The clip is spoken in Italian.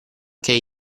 che